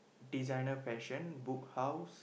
designer fashion Book House